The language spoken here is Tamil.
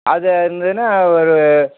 அது இருந்ததுன்னா ஒரு